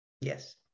Yes